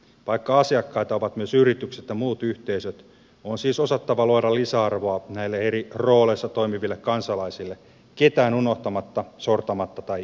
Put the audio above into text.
vaikka asiakkaita ovat myös yritykset ja muut yhteisöt on siis osattava luoda lisäarvoa näille eri rooleissa toimiville kansalaisille ketään unohtamatta sortamatta tai jättämättä